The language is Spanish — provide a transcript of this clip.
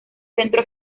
centro